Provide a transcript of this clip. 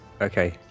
Okay